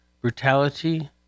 brutality